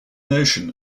notion